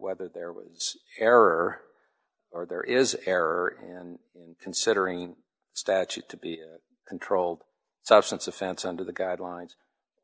whether there was error or there is error in considering statute to be a controlled substance offense under the guidelines